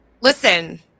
listen